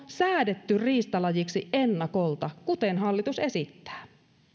säädetty riistalajiksi jo ennakolta kuten hallitus esittää